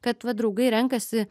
kad va draugai renkasi